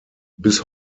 bis